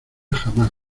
jamás